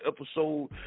episode